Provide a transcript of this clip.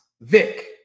Vic